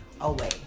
away